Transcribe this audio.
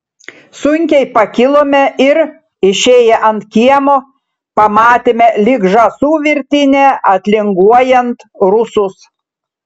sunkiai pakilome ir išėję ant kiemo pamatėme lyg žąsų virtinę atlinguojant rusus